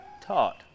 taught